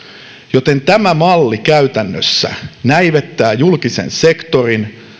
joten tämä malli käytännössä näivettää julkisen sektorin